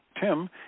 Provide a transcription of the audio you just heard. Tim